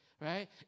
right